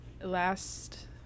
last